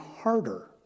harder